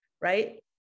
Right